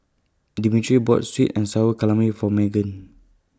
Dimitri bought Sweet and Sour For Meghan